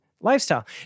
lifestyle